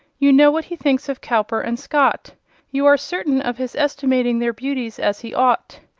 you know what he thinks of cowper and scott you are certain of his estimating their beauties as he ought,